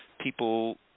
people